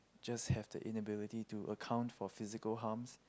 just have the inability to account for physical harms